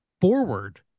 forward